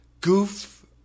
Goof